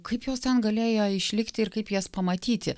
kaip jos ten galėjo išlikti ir kaip jas pamatyti